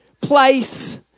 place